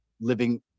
living